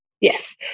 Yes